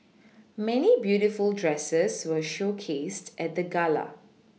many beautiful dresses were showcased at the gala